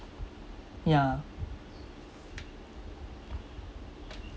yeah